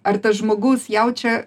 ar tas žmogus jaučia